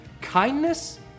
Kindness